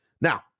now